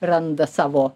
randa savo